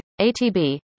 ATB